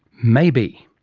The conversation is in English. maybe.